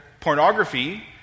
pornography